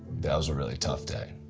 that was a really tough day.